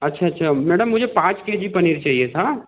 अच्छा अच्छा मैडम मुझे पाँच के जी पनीर चाहिए था